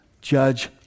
judge